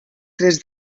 tres